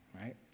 right